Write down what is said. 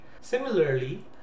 Similarly